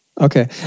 Okay